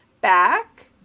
back